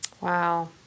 Wow